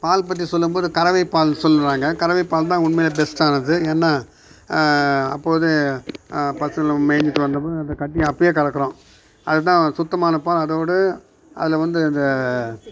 பால் பற்றி சொல்லும்போது கறவை பால் சொல்கிறாங்க கறவை பால் தான் உண்மையிலே பெஸ்ட்டானது ஏன்னால் அப்போது பசுவெலாம் மேய்ஞ்சிட்டு வந்ததும் அதை கட்டி அப்போயே கறக்கிறோம் அது தான் சுத்தமான பால் அதோடு அதில் வந்து அந்த